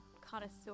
connoisseur